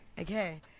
Okay